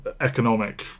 economic